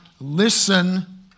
listen